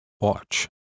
Watch